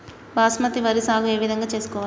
బాస్మతి వరి సాగు ఏ విధంగా చేసుకోవాలి?